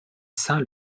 saint